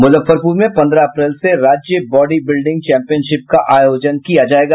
मुजफ्फरपुर में पंद्रह अप्रैल से राज्य बॉडीबिल्डिंग चैंपियनशिप का आयोजन किया जायेगा